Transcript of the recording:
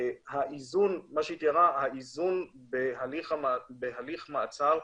האיזון בהליך מעצר,